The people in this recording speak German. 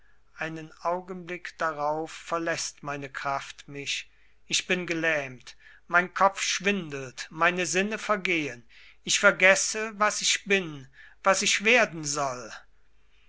einen augenblick darauf verläßt meine kraft mich ich bin gelähmt mein kopf schwindelt meine sinne vergehen ich vergesse was ich bin was ich werden soll